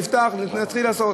נפתח ונתחיל לעשות.